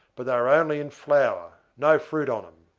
but they were only in flower, no fruit on em.